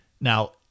Now